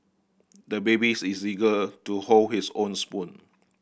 the babies is eager to hold his own spoon